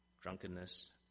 drunkenness